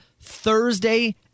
Thursday